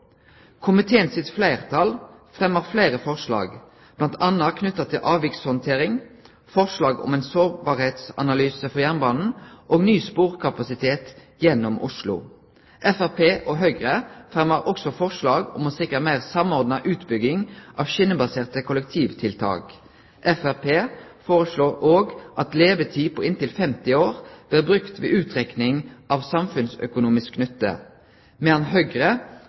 Komiteen sitt fleirtal fremjar fleire forslag, bl.a. knytte til avvikshandtering, forslag om ein sårbarheitsanalyse for jernbanen og ny sporkapasitet gjennom Oslo. Framstegspartiet og Høgre fremjar forslag om å sikre ei meir samordna utbygging av skinnebaserte kollektivtiltak. Framstegspartiet føreslår òg at levetid på inntil 50 år blir brukt ved utrekning av samfunnsøkonomisk nytte, medan Høgre